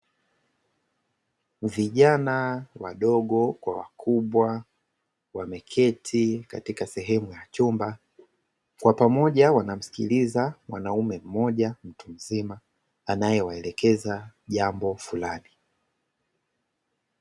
Vijana wadogo kwa wakubwa wameketi katika sehemu ya chumba kwapamoja wanamsikiliza mwanaume mmoja mtumzima anaye waelekeza jambo fulani.